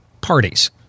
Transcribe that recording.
parties